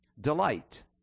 delight